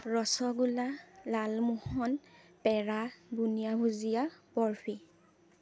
ৰসগোল্লা লালমোহন পেৰা বুনিয়া ভুজীয়া বৰফি